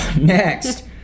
next